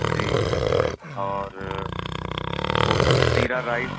جی اور وہ زیرا رائس